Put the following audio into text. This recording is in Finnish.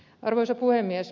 arvoisa puhemies